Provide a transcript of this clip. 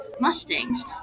Mustangs